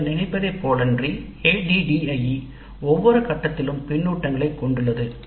சிலர் நினைப்பதைப் போலன்றி ADDIE ஒவ்வொரு கட்டத்திலும் பின்னூட்டங்களைக் கொண்டுள்ளது